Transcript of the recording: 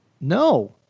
No